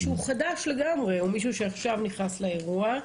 שהוא חדש לגמרי או מישהו שעכשיו נכנס לאירוע,